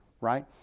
right